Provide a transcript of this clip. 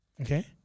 okay